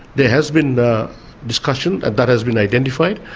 there has been a discussion that has been identified,